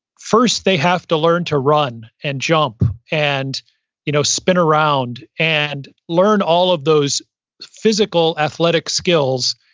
first they have to learn to run and jump and you know spin around and learn all of those physical athletic skills.